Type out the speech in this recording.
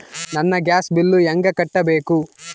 ನನ್ನ gas bill ಹೆಂಗ ಕಟ್ಟಬೇಕು?